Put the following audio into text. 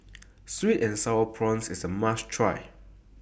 Sweet and Sour Prawns IS A must Try